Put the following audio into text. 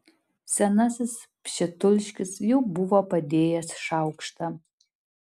senasis pšitulskis jau buvo padėjęs šaukštą